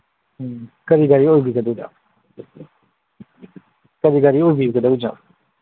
ꯎꯝ ꯀꯔꯤ ꯒꯥꯔꯤ ꯑꯣꯏꯕꯤꯒꯗꯣꯏꯅꯣ ꯀꯔꯤ ꯒꯥꯔꯤ ꯑꯣꯏꯕꯤꯒꯗꯣꯏꯅꯣ